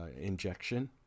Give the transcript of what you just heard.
injection